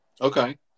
Okay